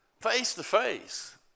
Face-to-face